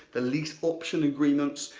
the lease option agreements,